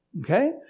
Okay